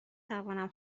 توانم